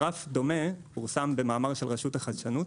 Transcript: גרף דומה פורסם במאמר של רשות החדשנות